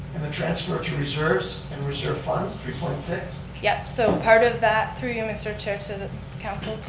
and the transfer to reserves and reserve funds, three point six? yep, so, part of that, through you, mr. chair to the council,